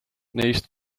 neist